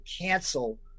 cancel